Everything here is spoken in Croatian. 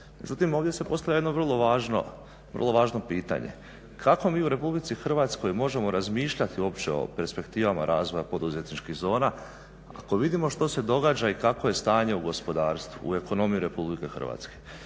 Međutim, ovdje se postavlja jedno vrlo važno pitanje, kako mi u RH možemo razmišljati uopće o perspektivama razvoja poduzetničkih zona ako vidimo što se događa i kakvo je stanje u gospodarstvu, u ekonomiji RH?